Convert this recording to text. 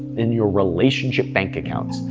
in your relationship bank accounts.